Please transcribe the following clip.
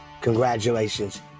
Congratulations